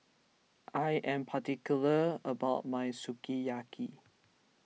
I am particular about my Sukiyaki